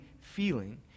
feeling